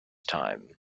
time